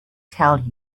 tell